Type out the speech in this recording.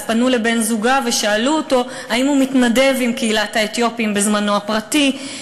פנו לבן-זוגה ושאלו אותו אם הוא מתנדב עם קהילת האתיופים בזמנו הפרטי.